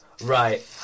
Right